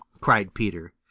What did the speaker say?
cried peter.